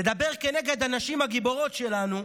לדבר נגד הנשים הגיבורות שלנו,